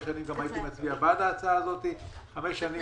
12 חודשים לפני סיום תקופת ההתיישנות לפי סעיף 31